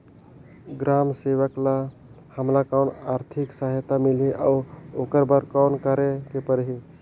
ग्राम सेवक ल हमला कौन आरथिक सहायता मिलही अउ ओकर बर कौन करे के परही?